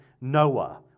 Noah